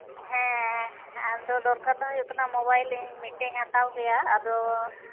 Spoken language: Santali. ᱦᱮᱸ ᱟᱫᱚ ᱫᱚᱨᱠᱟᱨ ᱫᱚ ᱦᱩᱭᱩᱜ ᱠᱟᱱᱟ ᱢᱳᱵᱟᱭᱤᱞᱤᱧ ᱢᱤᱫᱴᱤᱡ ᱤᱧ ᱦᱟᱛᱟᱣ ᱠᱮᱭᱟ ᱟᱫᱚ